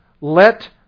let